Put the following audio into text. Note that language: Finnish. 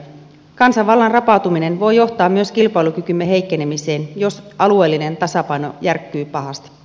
kansanvallan rapautuminen voi johtaa myös kilpailukykymme heikkenemiseen jos alueellinen tasapaino järkkyy pahasti